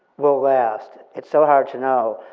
will last? it's so hard to know.